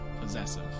possessive